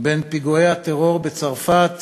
בין פיגועי הטרור בצרפת